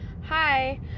Hi